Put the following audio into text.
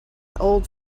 old